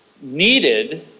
needed